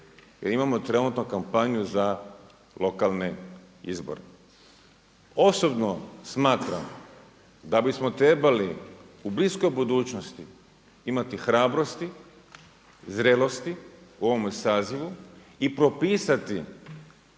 jer imamo trenutno kampanju za lokalne izbore. Osobno smatram da bismo trebali u bliskoj budućnosti imati hrabrosti, zrelosti u ovome sazivu i propisati